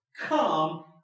come